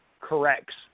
corrects